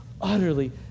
utterly